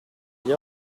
gli